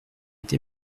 été